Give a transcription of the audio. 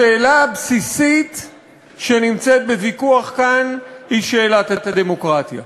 השאלה הבסיסית שנמצאת בוויכוח כאן היא שאלת הדמוקרטיה.